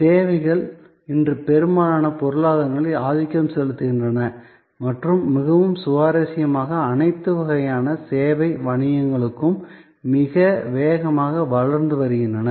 சேவைகள் இன்று பெரும்பாலான பொருளாதாரங்களில் ஆதிக்கம் செலுத்துகின்றன மற்றும் மிகவும் சுவாரஸ்யமாக அனைத்து வகையான சேவை வணிகங்களும் மிக வேகமாக வளர்ந்து வருகின்றன